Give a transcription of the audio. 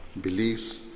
beliefs